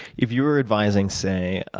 if you were advising, say,